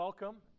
Welcome